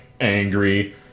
angry